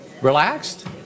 Relaxed